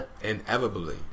inevitably